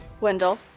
Wendell